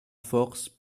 force